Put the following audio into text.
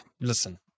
listen